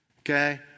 okay